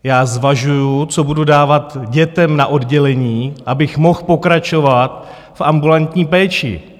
Já zvažuji, co budu dávat dětem na oddělení, abych mohl pokračovat v ambulantní péči.